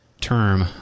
term